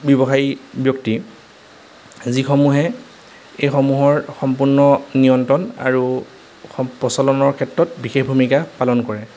ব্যৱসায়ী ব্যক্তি যিসমূহে এইসমূহৰ সম্পূৰ্ণ নিয়ন্ত্ৰণ আৰু প্ৰচলনৰ ক্ষেত্ৰত বিশেষ ভূমিকা পালন কৰে